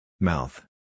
Mouth